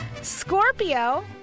Scorpio